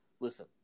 Listen